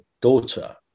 daughter